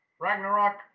Ragnarok